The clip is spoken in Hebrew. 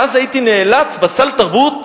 ואז הייתי נאלץ בסל תרבות,